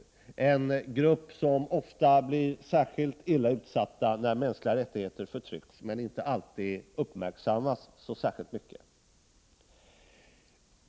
De handikappade är en grupp som ofta blir särskilt illa utsatt när mänskliga rättigheter åsidosätts. Men gruppen uppmärksammas inte alltid särskilt mycket.